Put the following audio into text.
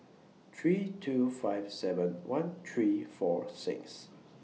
three two five seven one three four six